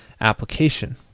application